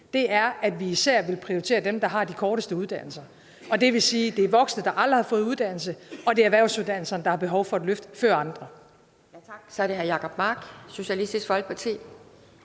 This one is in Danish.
enkelt: Vi vil især prioritere dem, der har de korteste uddannelser. Det vil sige, at det er voksne, der aldrig har fået en uddannelse, og det er erhvervsuddannelserne, der har behov for et løft før andre. Kl. 10:35 Formanden (Pia Kjærsgaard): Tak. Så er det hr. Jacob Mark, Socialistisk Folkeparti.